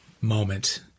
moment